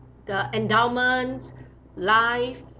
the endowments life